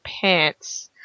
pants